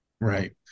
Right